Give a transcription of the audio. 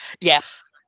Yes